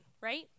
right